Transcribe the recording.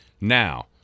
Now